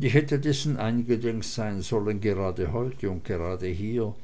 ich hätte dessen eingedenk sein sollen gerade heut und gerade hier